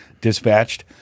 Dispatched